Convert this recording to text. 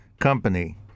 company